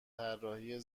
طرحهای